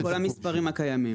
עם כל המספרים הקיימים?